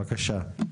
בבקשה.